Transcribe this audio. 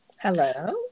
Hello